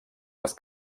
das